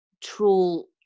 troll